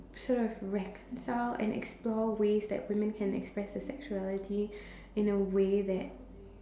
sort of reconcile and explore ways that women can express sexuality in a way that